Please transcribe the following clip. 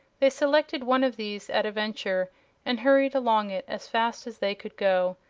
they selected one of these at a venture and hurried along it as fast as they could go,